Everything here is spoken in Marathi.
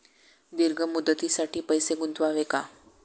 दीर्घ मुदतीसाठी पैसे गुंतवावे का?